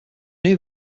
new